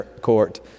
court